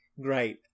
great